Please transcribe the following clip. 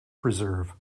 preserve